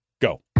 go